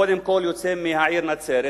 קודם כול הוא יוצא מהעיר נצרת.